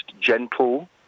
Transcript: gentle